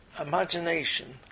imagination